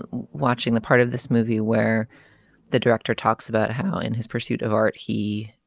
and watching the part of this movie where the director talks about how in his pursuit of art he